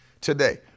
today